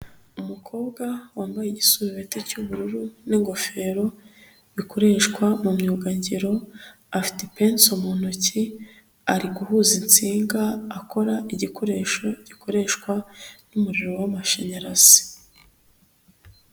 Umukobwa wambaye igisuti cy'ubururu n'ingofero, bikoreshwa mu myugagiro, afite ipensi mu ntoki, ari guhuza insinga, akora igikoresho gikoreshwa n'umuriro w'amashanyarazi.